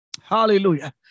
Hallelujah